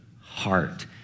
heart